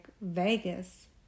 Vegas